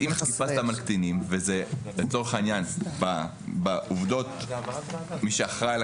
ולצורך העניין בעובדות מי שאחראי על